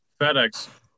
FedEx